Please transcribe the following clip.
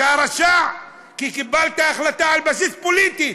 אתה רשע, כי קיבלת החלטה על בסיס פוליטי.